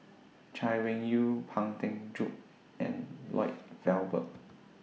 Chay Weng Yew Pang Teck Joon and Lloyd Valberg